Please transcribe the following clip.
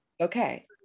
Okay